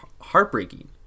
heartbreaking